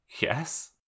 yes